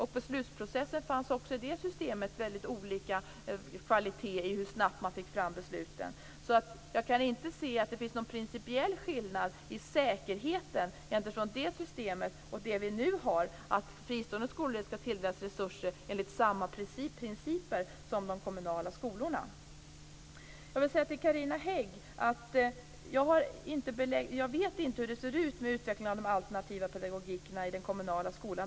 I beslutsprocessen i det systemet var det också väldigt olika kvalitet när det gällde hur snabbt man fick fram besluten. Så jag kan inte se att det finns någon principiell skillnad mellan säkerheten i det systemet och i det system som vi nu har. Fristående skolor skall tilldelas resurser enligt samma principer som de kommunala skolorna. Jag vill säga till Carina Hägg att jag inte känner till utvecklingen av de alternativa pedagogikerna i den kommunala skolan.